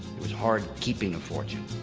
it was hard keeping a fortune.